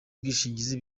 bwishingizi